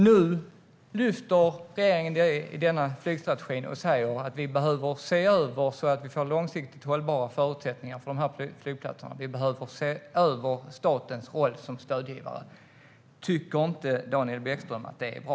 Nu säger regeringen i flygstrategin att man behöver en översyn så att vi får långsiktigt hållbara förutsättningar för dessa flygplatser. Man behöver se över statens roll som stödgivare. Tycker inte Daniel Bäckström att det är bra?